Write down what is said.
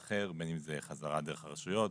בין אם זה חזרה דרך הרשויות,